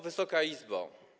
Wysoka Izbo!